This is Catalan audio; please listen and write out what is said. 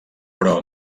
però